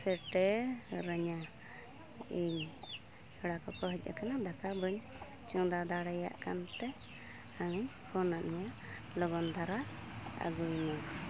ᱥᱮᱴᱮᱨ ᱟᱹᱧᱟᱹ ᱤᱧ ᱯᱮᱲᱟ ᱠᱚᱠᱚ ᱦᱮᱡ ᱟᱠᱟᱱᱟ ᱫᱟᱠᱟ ᱵᱟᱹᱧ ᱪᱚᱸᱫᱟ ᱫᱟᱲᱮᱭᱟᱜ ᱠᱟᱱᱛᱮ ᱟᱢᱤᱧ ᱯᱷᱳᱱ ᱟᱫ ᱢᱮᱭᱟ ᱞᱚᱜᱚᱱ ᱫᱷᱟᱨᱟ ᱟᱹᱜᱩᱭᱢᱮ